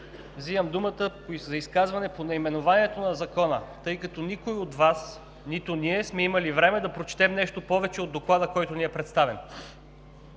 взимам думата за изказване по наименованието на Закона, тъй като никой от Вас, нито ние сме имали време да прочетем нещо повече от Доклада, който ни е представен.